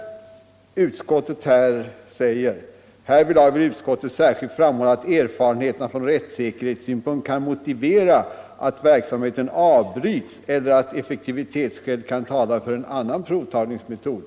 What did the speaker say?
Utskottet har anfört att härvidlag ”vill utskottet särskilt framhålla att erfarenheterna från rättssäkerhetssynpunkt kan motivera att verksamheten avbryts eller att effektivitetsskäl kan tala för en annan provtagningsmetod”.